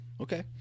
Okay